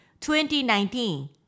2019